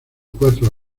cuatro